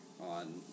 on